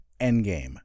Endgame